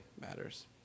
matters